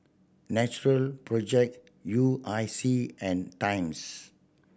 Natural Project U I C and Times